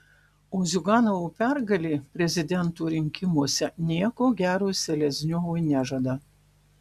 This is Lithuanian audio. o ziuganovo pergalė prezidento rinkimuose nieko gero selezniovui nežada